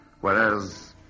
Whereas